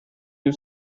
you